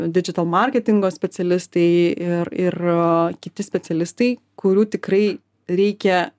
didžital marketingo specialistai ir ir kiti specialistai kurių tikrai reikia